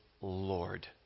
Lord